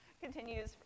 continues